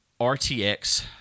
RTX